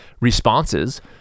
responses